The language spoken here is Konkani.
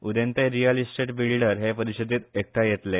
उदेंते रीअल इस्टेट बिल्डर हे परीषदेत एकठांय येतले